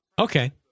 Okay